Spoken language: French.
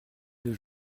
deux